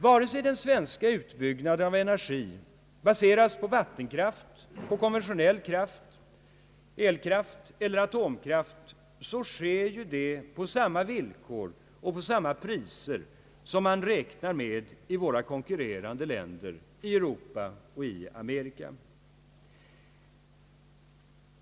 Vare sig den svenska utbyggnaden av energi baseras på vattenkraft, konventionell elkraft eller atomkraft, sker det på samma villkor och till samma priser som man räknar med i konkurrerande länder i Europa och Amerika.